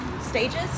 stages